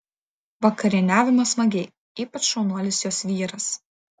vakarieniavome smagiai ypač šaunuolis jos vyras